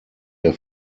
der